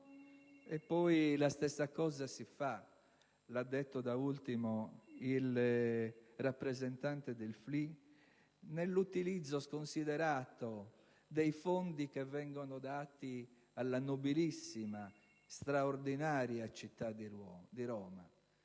La stessa cosa si fa - l'ha detto da ultimo il rappresentante del Gruppo FLI - nell'utilizzo sconsiderato dei fondi che vengono dati alla nobilissima e straordinaria città di Roma: